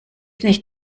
nicht